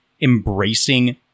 embracing